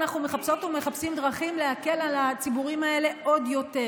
אנחנו מחפשות ומחפשים דרכים להקל על הציבורים האלה עוד יותר.